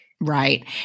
Right